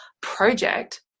project